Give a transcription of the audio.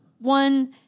One